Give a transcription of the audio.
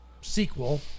sequel